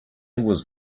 was